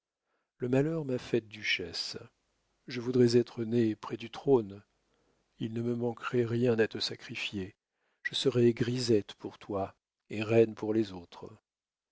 le malheur m'a faite duchesse je voudrais être née près du trône il ne me manquerait rien à te sacrifier je serais grisette pour toi et reine pour les autres